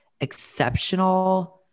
exceptional